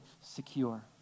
secure